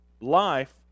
life